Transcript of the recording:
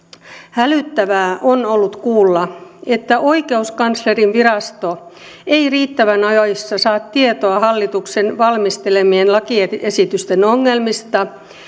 hälyttävää on ollut kuulla että oikeuskanslerinvirasto ei riittävän ajoissa saa tietoa hallituksen valmistelemien lakiesitysten ongelmista